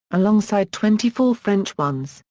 alongside twenty four french ones,